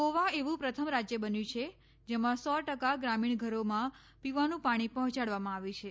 ગોવા એવું પ્રથમ રાજ્ય બન્યું છે જેમાં સો ટકા ગ્રામીણ ઘરોમાં પીવાનું પાણી પર્હોચાડવામાં આવ્યું છે